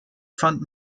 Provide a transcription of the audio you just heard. fand